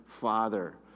Father